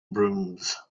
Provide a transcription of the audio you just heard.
brooms